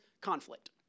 conflict